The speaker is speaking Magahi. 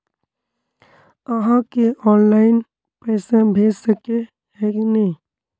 आहाँ के ऑनलाइन पैसा भेज सके है नय?